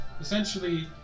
Essentially